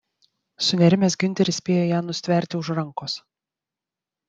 sunerimęs giunteris spėjo ją nustverti už rankos